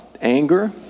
Anger